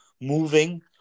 moving